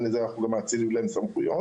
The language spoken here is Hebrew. בהתאם לזה אנחנו מאצילים להן סמכויות.